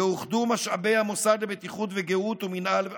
יאוחדו משאבי המוסד לבטיחות ולגהות ומינהל הבטיחות.